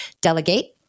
delegate